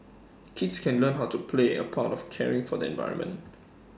kids can learn how to play A part of caring for the environment